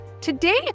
Today